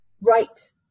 Right